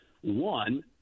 One